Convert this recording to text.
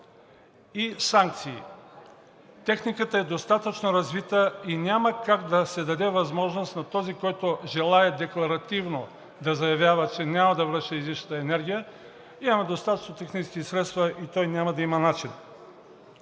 и санкции. Техниката е достатъчно развита и няма как да се даде възможност на този, който желае декларативно да заявява, че няма да връща излишната енергия, имаме достатъчно технически средства и той няма да има начин.